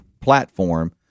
platform